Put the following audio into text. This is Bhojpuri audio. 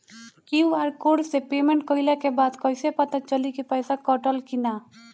क्यू.आर कोड से पेमेंट कईला के बाद कईसे पता चली की पैसा कटल की ना?